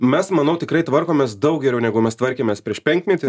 mes manau tikrai tvarkomės daug geriau negu mes tvarkėmės prieš penkmetį